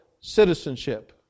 citizenship